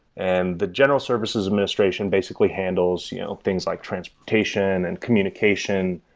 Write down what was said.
and the general services administration basically handles you know things like transportation, and communication,